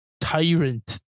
tyrant